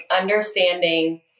understanding